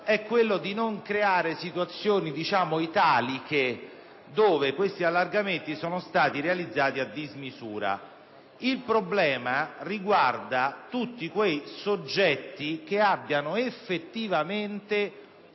è quello di non creare situazioni italiche dove questi allargamenti sono stati realizzati a dismisura. Il problema riguarda tutti quei soggetti che abbiano effettivamente